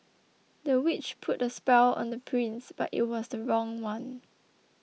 the witch put a spell on the prince but it was the wrong one